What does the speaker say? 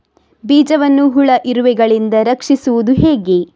ಬೀಜವನ್ನು ಹುಳ, ಇರುವೆಗಳಿಂದ ರಕ್ಷಿಸುವುದು ಹೇಗೆ?